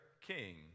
king